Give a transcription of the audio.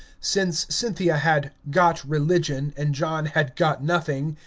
since cynthia had got religion and john had got nothing,